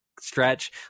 stretch